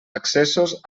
accessos